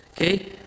Okay